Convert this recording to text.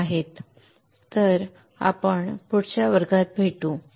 आणि पुढच्या वर्गात भेटताच